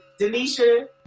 Denisha